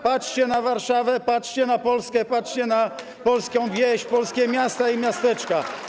Patrzcie na Warszawę, patrzcie na Polskę, patrzcie na polską wieś, polskie miasta i miasteczka.